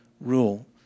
rule